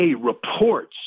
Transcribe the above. reports